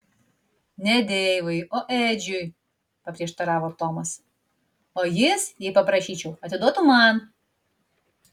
ne deivui o edžiui paprieštaravo tomas o jis jei paprašyčiau atiduotų man